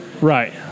Right